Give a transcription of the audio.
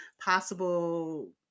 possible